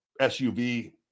SUV